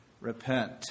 repent